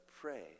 pray